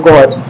God